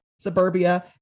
Suburbia